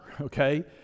okay